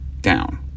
down